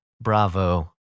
Bravo